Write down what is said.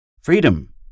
freedom